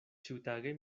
ĉiutage